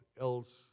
else